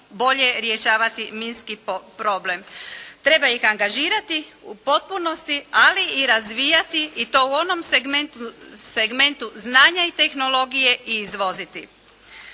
bolje rješavati minski problem. Treba ih angažirati u potpunosti, ali i razvijati i to u onom segmentu znanja i tehnologije i izvoziti.